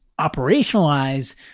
operationalize